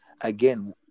Again